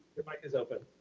your mic is open.